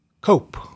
cope